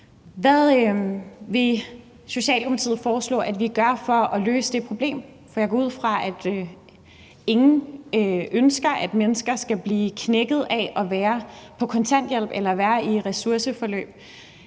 Hvad vil Socialdemokratiet foreslå at vi gør for at løse det problem, for jeg går ud fra, at ingen ønsker, at mennesker skal blive knækket af at være på kontanthjælp eller af at være i ressourceforløb?